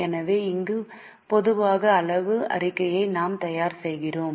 எனவே இங்கே ஒரு பொதுவான அளவு அறிக்கையை நாம் தயார் செய்கிறோம்